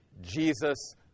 Jesus